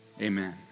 Amen